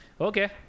Okay